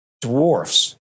dwarfs